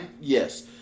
Yes